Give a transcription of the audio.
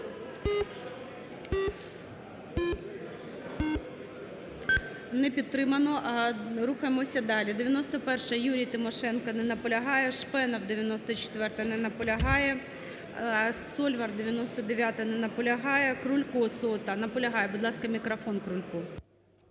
Не підтримано. Рухаємося далі. 91-а, Юрій Тимошенко. Не наполягає. Шпенов, 94-а. Не наполягає. Сольвар, 99-а. Не наполягає. Крулько, 100-а. Будь ласка, мікрофон Крульку.